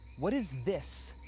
what is this,